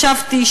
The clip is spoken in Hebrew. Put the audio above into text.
ישבתי,